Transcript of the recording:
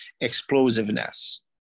explosiveness